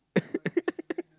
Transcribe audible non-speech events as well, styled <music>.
<laughs>